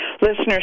listeners